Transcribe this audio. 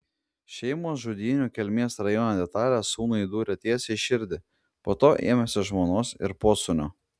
šeimos žudynių kelmės rajone detalės sūnui dūrė tiesiai į širdį po to ėmėsi žmonos ir posūnio